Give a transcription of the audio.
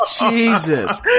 Jesus